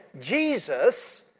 Jesus